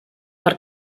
per